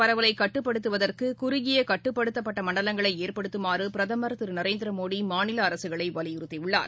பரவலைகட்டுப்படுத்துவதற்குகுறுகியகட்டுப்படுத்தப்பட்டமண்டலங்களைஏற்படுத்துமாறுபிரதமர் திருநரேந்திரமோடிமாநிலஅரசுகளைவலியுறுத்தியுள்ளார்